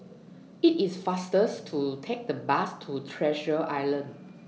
IT IS faster to Take The Bus to Treasure Island